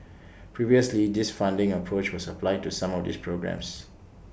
previously this funding approach was applied to some of these programmes